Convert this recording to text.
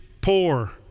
poor